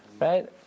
right